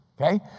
okay